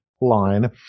line